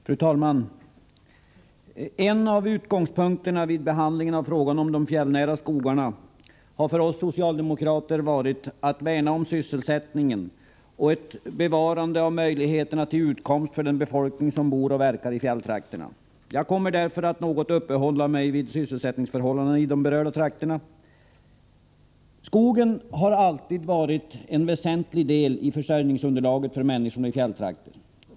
Fru talman! En av utgångspunkterna vid behandlingen av frågan om de fjällnära skogarna har för oss socialdemokrater varit att värna om sysselsättningen och ett bevarande av möjligheterna till utkomst för den befolkning som bor och verkar i fjälltrakterna. Jag kommer därför att något uppehålla mig vid sysselsättningsförhållandena i de berörda trakterna. Skogen har alltid utgjort en väsentlig del i försörjningsunderlaget för människorna i fjälltrakterna.